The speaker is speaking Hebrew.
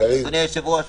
אדוני היושב-ראש,